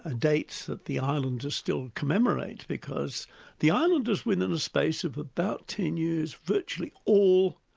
ah date that the islanders still commemorate, because the islanders within a space of about ten years, virtually all